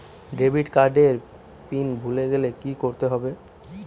Debit card এর pin ভুলে গেলে কি করতে হবে?